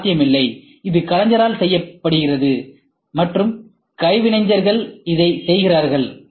இது சாத்தியமில்லை இது கலைஞரால் செய்யப்படுகிறது மற்றும் கைவினைஞர்கள் இதைச் செய்கிறார்கள்